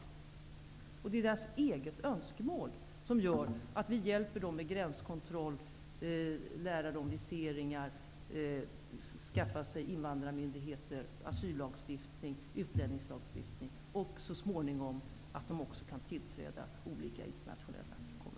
Det är enligt deras eget önskemål som vi hjälper dem med gränskontroll, med undervisning i visering, med anskaffande av invandrarmyndigheter, asyllagstiftning och utlänningslagstiftning och så småningom med tillträde till olika internationella kommissioner.